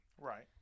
Right